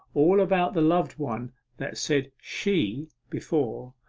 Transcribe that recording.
all about the loved one that said she before,